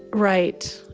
right.